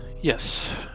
yes